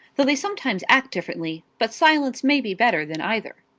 though they sometimes act differently but silence may be better than either.